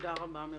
תודה רבה.